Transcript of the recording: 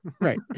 Right